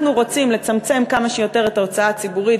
אנחנו רוצים לצמצם כמה שיותר את ההוצאה הציבורית